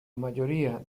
mayoría